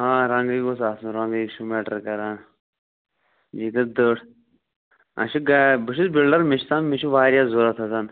آ رَنٛگٕے گوٚژھ آسُن رنٛگٕے چھُ میٹر کَران یہِ گژھِ دٔڑ اَسہِ چھُ گا بہٕ چھُس بِلڈر مےٚ چھِ آسان مےٚ چھُ واریاہ ضروٗرت آسَان